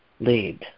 lead